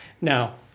Now